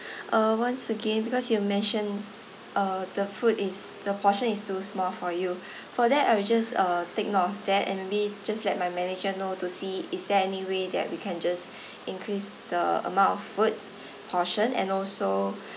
uh once again because you mention uh the food is the portion is too small for you for that I will just uh take note of that and maybe just let my manager know to see is there any way that we can just increase the amount of food portion and also